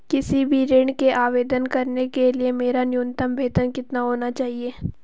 किसी भी ऋण के आवेदन करने के लिए मेरा न्यूनतम वेतन कितना होना चाहिए?